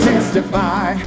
Testify